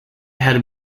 had